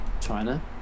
china